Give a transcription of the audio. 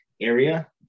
area